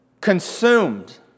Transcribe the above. consumed